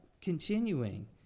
continuing